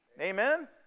Amen